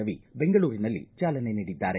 ರವಿ ಬೆಂಗಳೂರಿನಲ್ಲಿ ಚಾಲನೆ ನೀಡಿದ್ದಾರೆ